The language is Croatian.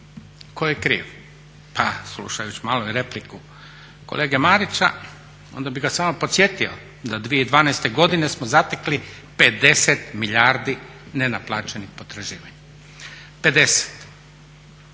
tko je kriv. Pa slušajući malo i repliku kolege Marića onda bih ga samo podsjetio da 2012. godine smo zatekli 50 milijardi nenaplaćenih potraživanja, 50.